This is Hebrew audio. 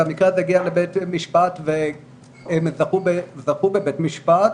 והמקרה הזה הגיע לבית משפט והם זכו בבית המשפט,